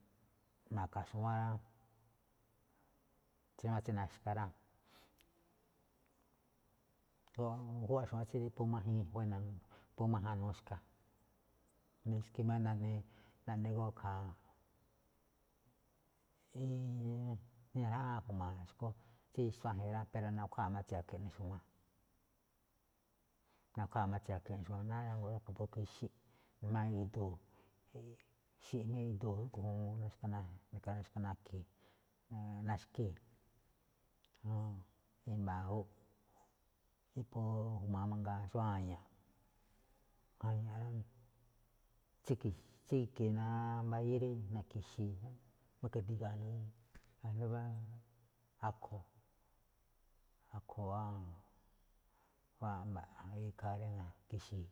na̱ka̱ xu̱wán ra̱, tsí ñajuun tsi naxka rá, júwa̱ꞌ xu̱wán tsí phú májíin phú máján nuxka, nuxkee̱ máꞌ rí naꞌne rí naꞌne gon ikhaa, rí nijraꞌáan ju̱ma̱a̱ xu̱kú tsí xtuájen rá, pero nakhuwáa máꞌ tsiakhe̱ eꞌne xu̱wán, nakhuáa máꞌ tsiakhe̱ ene̱ xu̱wán nánguá, rúꞌkhue̱n phú i̱ki̱xii̱ asndo maña̱ꞌ iduu̱. i̱mba̱ júꞌ tsí phú ju̱ma̱a̱ xó a̱ña̱ꞌ, tsí ki̱xi̱i̱, tsíke̱e̱ ná rí mbayíí rí na̱ki̱xi̱i̱, mbóó i̱ka̱tíga̱a̱ asndo ñúꞌún asndo akho̱, akho̱ rí wáa mba̱ꞌ ikhaa rí na̱ki̱xi̱i̱.